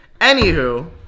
Anywho